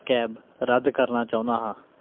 cab ਰੱਦ ਕਰਨਾ ਚਾਹੁੰਦਾ ਹਾਂ